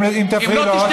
אם תפריעי לו עוד פעם,